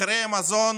מחירי המזון